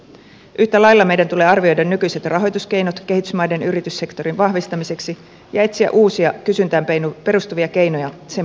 yhtä lailla meidän tulee arvioida nykyiset rahoituskeinot kehitysmaiden yrityssektorin vahvistamiseksi ja etsiä uusia kysyntään perustuvia keinoja sen parantamiseksi